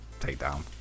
takedown